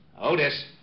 Otis